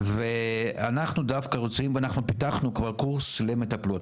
אנחנו פיתחנו כבר קורס למטפלות,